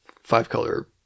five-color